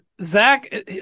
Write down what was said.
Zach